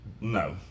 No